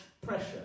pressure